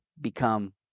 become